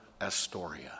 Astoria